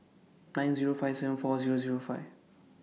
nine Zero five seven four Zero Zero five